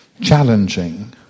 challenging